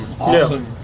awesome